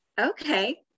okay